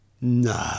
no